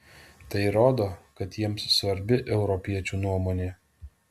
tai rodo kad jiems svarbi europiečių nuomonė